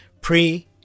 pre-